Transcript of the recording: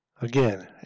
Again